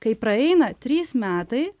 kai praeina trys metai